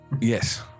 Yes